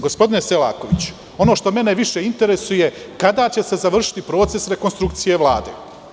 Gospodine Selakoviću, ono što mene više interesuje je kada će se završiti proces rekonstrukcije Vlade?